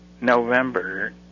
november